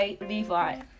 Levi